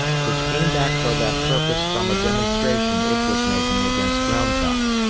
which came back for that purpose from a demonstration it was making against round top.